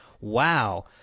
wow